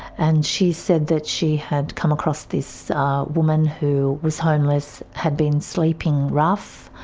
and she said that she had come across this woman who was homeless, had been sleeping rough.